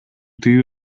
тыюу